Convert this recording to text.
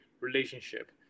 relationship